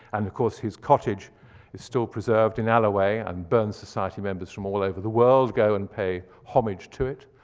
and of course his cottage is still preserved in alloway, and burns society members from all over the world go an pay homage to it.